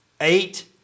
Eight